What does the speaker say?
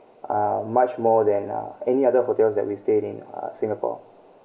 uh much more than uh any other hotels that we stayed in singapore